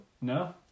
no